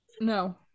no